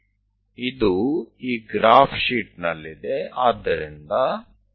તો આ આલેખ કાગળ પર રચવા માટે આગળ વધો